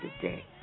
today